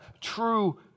true